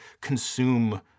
consume